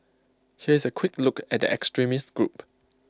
here is A quick look at the extremist group